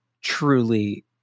truly